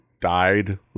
died